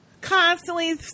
constantly